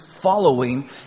following